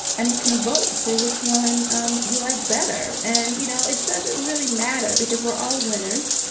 and you can vote for which one um you like better. and, you know, it doesn't really matter because we're all winners.